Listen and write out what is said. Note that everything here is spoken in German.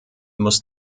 muss